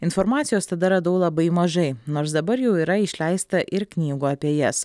informacijos tada radau labai mažai nors dabar jau yra išleista ir knygų apie jas